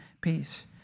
peace